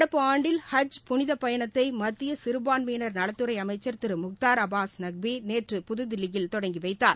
நடப்பு ஆண்டில் ஹஜ் புனித பயணத்தை மத்திய சிறுபான்மையினர் நலத்துறை அமைச்சர் திரு முக்தார் அபாஸ் நக்வி நேற்று புதுதில்லியில் தொடங்கி வைத்தார்